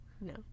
No